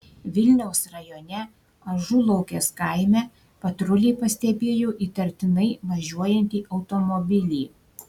vilniaus rajone ažulaukės kaime patruliai pastebėjo įtartinai važiuojantį automobilį